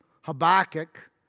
Habakkuk